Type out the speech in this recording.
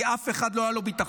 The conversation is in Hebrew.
כי אף אחד לא היה לו ביטחון.